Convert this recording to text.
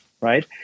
right